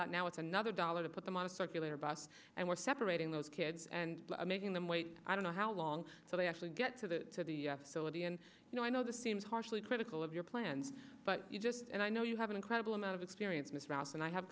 that now it's another dollar to put them on a circulator bus and we're separating those kids and making them wait i don't know how long so they actually get to the soul of the and you know i know this seems harshly critical of your plan but you just and i know you have an incredible amount of experience in this ralph and i have